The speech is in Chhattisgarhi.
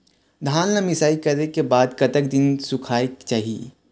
धान ला मिसाई करे के बाद कतक दिन सुखायेक चाही?